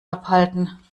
abhalten